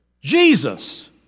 Jesus